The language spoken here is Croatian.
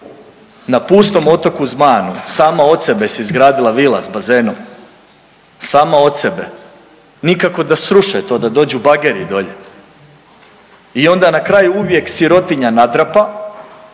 na pustom otoku Zmajanu sama od sebe se izgradila vila s bazenom, sama od sebe. Nikako da sruše to da dođu bageri dolje. I onda na kraju uvijek sirotinja nadrapa,